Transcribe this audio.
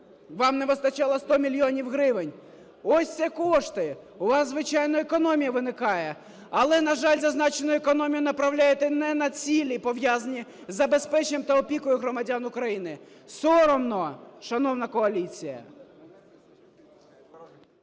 Вам не вистачало 100 мільйонів гривень. Ось це кошти. У вас, звичайно, економія виникає. Але, на жаль, зазначену економію направляєте не на цілі, пов'язані з забезпеченням та опікою громадян України. Соромно, шановна коаліція!